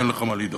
אין לך מה לדאוג.